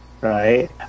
right